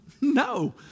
No